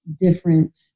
different